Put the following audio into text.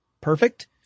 perfect